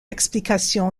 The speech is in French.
explication